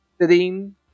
sitting